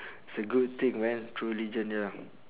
it's a good thing man true religion ya